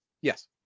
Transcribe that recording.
Yes